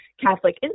Catholic